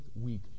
week